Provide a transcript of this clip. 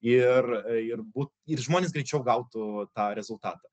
ir ir būt ir žmonės greičiau gautų tą rezultatą